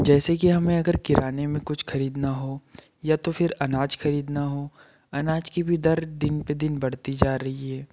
जैसे कि हमें अगर किराने में कुछ खरीदना हो या तो फिर अनाज खरीदना हो अनाज की भी दर दिन पर दिन बढ़ती जा रही है